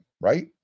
right